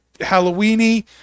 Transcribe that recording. Halloween-y